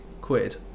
quid